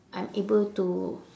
I'm able to